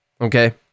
okay